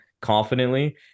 confidently